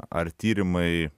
ar tyrimai